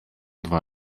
dwa